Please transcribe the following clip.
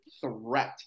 threat